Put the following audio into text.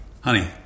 Honey